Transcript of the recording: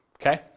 Okay